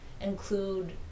include